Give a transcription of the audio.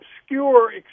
obscure